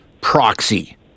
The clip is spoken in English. proxy